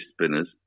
spinners